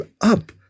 up